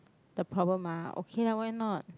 the problem ah okay lah why not